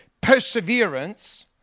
perseverance